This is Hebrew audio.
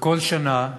וכל שנה,